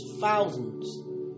thousands